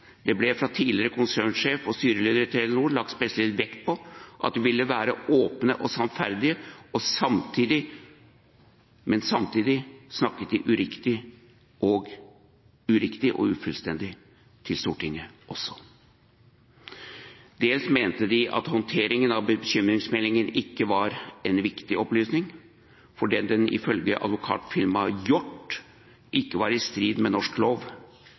Det ble fra tidligere konsernsjef og tidligere styreleder i Telenor lagt spesielt vekt på at de ville være åpne og sannferdige, men samtidig snakket de uriktig og ufullstendig til Stortinget. Dels mente de at håndteringen av bekymringsmeldingen ikke var en viktig opplysning, fordi den ifølge Advokatfirmaet Hjort ikke var i strid med norsk lov,